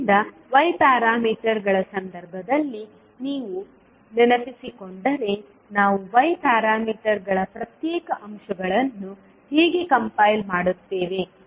ಆದ್ದರಿಂದ y ಪ್ಯಾರಾಮೀಟರ್ಗಳ ಸಂದರ್ಭದಲ್ಲಿ ನೀವು ನೆನಪಿಸಿಕೊಂಡರೆ ನಾವು y ಪ್ಯಾರಾಮೀಟರ್ಗಳ ಪ್ರತ್ಯೇಕ ಅಂಶಗಳನ್ನು ಹೇಗೆ ಕಂಪೈಲ್ ಮಾಡುತ್ತೇವೆ